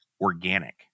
organic